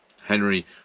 Henry